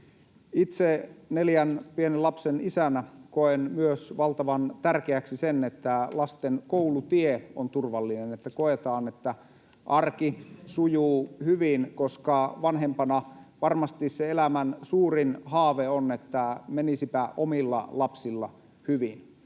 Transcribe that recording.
Itse neljän pienen lapsen isänä koen myös valtavan tärkeäksi sen, että lasten koulutie on turvallinen, että koetaan, että arki sujuu hyvin, koska vanhempana varmasti se elämän suurin haave on, että menisipä omilla lapsilla hyvin.